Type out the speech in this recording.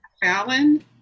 Fallon